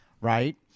right